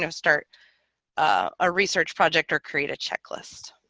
um start ah a research project or create a checklist